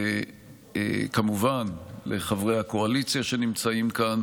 וכמובן לחברי הקואליציה שנמצאים כאן.